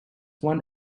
won